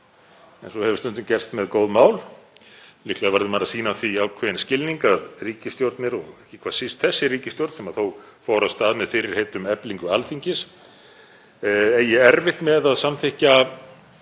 eins og hefur stundum gerst með góð mál. Líklega verður maður að sýna því ákveðinn skilning að ríkisstjórnir, og ekki hvað síst þessi ríkisstjórn sem þó fór af stað með fyrirheit um eflingu Alþingis, eigi erfitt með að samþykkja